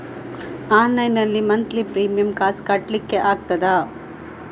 Online ನಲ್ಲಿ monthly premier ಕಾಸ್ ಕಟ್ಲಿಕ್ಕೆ ಆಗ್ತದಾ?